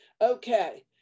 Okay